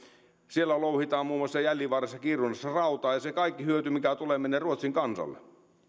siellä louhitaan muun muassa jällivaarassa kiirunassa rautaa ja se kaikki hyöty mikä tulee menee ruotsin